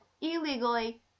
illegally